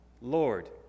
Lord